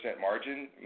margin